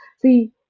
See